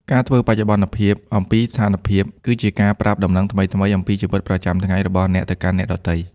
ការធ្វើបច្ចុប្បន្នភាពអំពីស្ថានភាព គឺជាការប្រាប់ដំណឹងថ្មីៗអំពីជីវិតប្រចាំថ្ងៃរបស់អ្នកទៅកាន់អ្នកដទៃ។